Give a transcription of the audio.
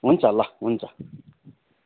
हुन्छ ल हुन्छ